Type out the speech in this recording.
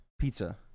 pizza